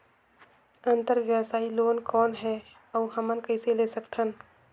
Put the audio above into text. अंतरव्यवसायी लोन कौन हे? अउ हमन कइसे ले सकथन?